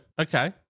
Okay